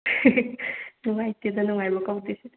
ꯅꯨꯡꯉꯥꯏꯇꯦꯗ ꯅꯨꯡꯉꯥꯏꯕ ꯀꯧꯗꯦ ꯁꯤꯗꯤ